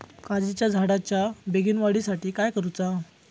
काजीच्या झाडाच्या बेगीन वाढी साठी काय करूचा?